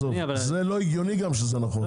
זה לא הגיוני גם שזה נכון.